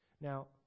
Now